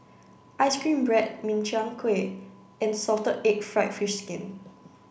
ice cream bread Min Chiang Kueh and salted egg fried fish skin